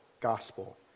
gospel